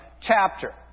chapter